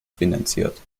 finanziert